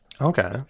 Okay